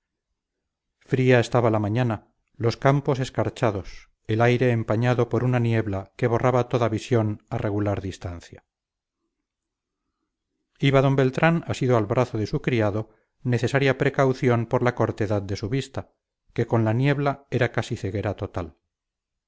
fría estaba la mañana los campos escarchados el aire empañado por una niebla que borraba toda visión a regular distancia iba d beltrán asido al brazo de su criado necesaria precaución por la cortedad de su vista que con la niebla era casi ceguera total